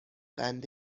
قند